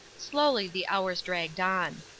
slowly the hours dragged on.